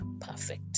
perfect